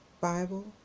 Bible